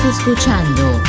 escuchando